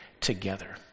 together